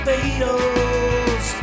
Beatles